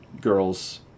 girls